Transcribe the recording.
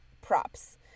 props